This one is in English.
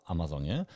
Amazonie